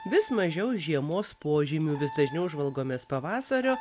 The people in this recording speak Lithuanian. vis mažiau žiemos požymių vis dažniau žvalgomės pavasario